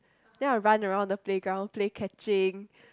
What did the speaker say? then I run around the playground play catching